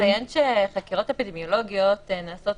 אני רק אציין שחקירות אפידמיולוגיות נעשות